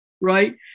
right